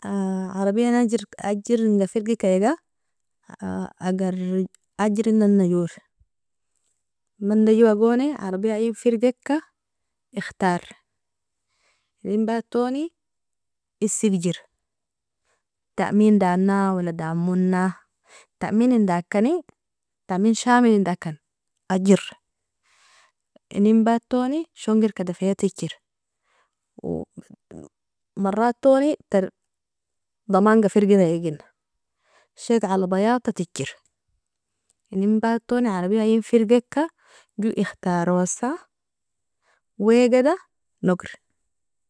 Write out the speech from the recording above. - arabian ajirnga firgika agar ajirinana jor mando jo goni arabia ein firgika ikhtar, inenbatoni isigjir taamin dana wala damona taaminin dakani taamin shamilin dakan, ajir inenbatoni shongirka dafya tijir maratoni tar damanga firgiregina shek alaa bayadta tijer, inenbatoni arabia ein firgika jo ikhtarosa wegida noger.